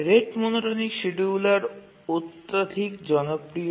rate monotonic scheduler অত্যধিক জনপ্রিয়